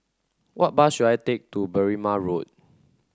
what bus should I take to Berrima Road